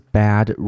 bad